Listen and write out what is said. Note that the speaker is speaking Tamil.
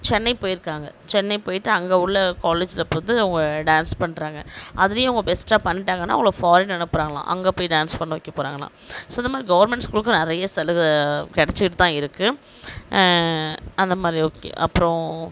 சென்னை போயிருக்காங்க சென்னை போயிட்டு அங்கே உள்ள காலேஜில் இப்போ வந்து அவங்க டான்ஸ் பண்ணுறாங்க அதுலையும் அவங்க பெஸ்ட்டாக பண்ணிட்டாங்கனா அவங்கள ஃபாரின் அனுப்பறங்களாம் அங்கே போய் டான்ஸ் பண்ண வைக்க போகிறாங்களாம் ஸோ இதைமாரி கவர்மெண்ட் ஸ்கூலுக்கும் நிறையா சலுகை கிடைச்சிக்கிட்டுதான் இருக்குது அந்தமாதிரி ஓகே அப்புறோம்